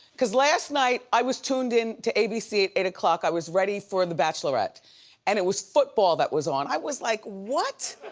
cause last night i was tuned in to abc at eight o'clock. i was ready for the bachelorette and it was football that was on. i was like what?